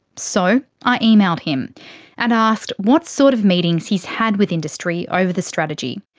so i emailed him and asked what sort of meetings he's had with industry over the strategy.